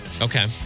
Okay